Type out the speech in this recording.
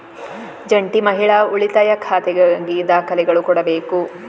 ಜಂಟಿ ಮಹಿಳಾ ಉಳಿತಾಯ ಖಾತೆಗಾಗಿ ದಾಖಲೆಗಳು ಕೊಡಬೇಕು